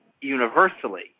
universally